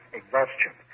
exhaustion